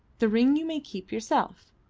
the ring you may keep yourself.